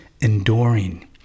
enduring